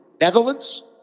Netherlands